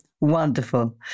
wonderful